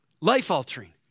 life-altering